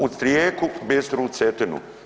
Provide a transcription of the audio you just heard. U rijeku bistru Cetinu.